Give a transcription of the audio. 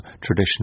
tradition